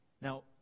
Now